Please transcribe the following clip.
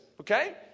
Okay